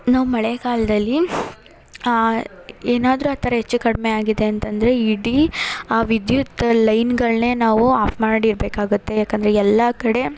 ನಾವು ಮಳೆಗಾಲದಲ್ಲಿ ಏನಾದರು ಆ ಥರ ಹೆಚ್ಚು ಕಡಿಮೆ ಆಗಿದೆ ಅಂತ ಅಂದರೆ ಇಡೀ ಆ ವಿದ್ಯುತ್ ಲೈನ್ಗಳನ್ನೇ ನಾವು ಆಫ್ ಮಾಡಿರಬೇಕಾಗುತ್ತೆ ಯಾಕಂದರೆ ಎಲ್ಲಾ ಕಡೆ